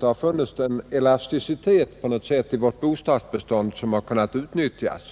Det har på något sätt funnits en elasticitet i vårt bostadsbestånd som har kunnat utnyttjas.